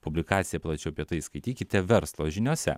publikaciją plačiau apie tai skaitykite verslo žiniose